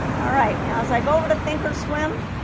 all right now as i go over to thinkorswim